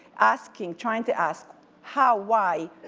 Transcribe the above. asking trying to ask how, why.